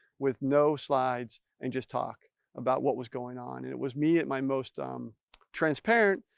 with no slides. and just talk about, what was going on and it was me at my most um transparent,